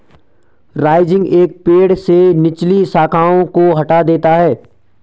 rising एक पेड़ से निचली शाखाओं को हटा देता है